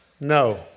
No